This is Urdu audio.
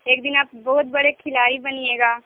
ایک دن آپ بہت بڑے کھلاڑی بنیے گا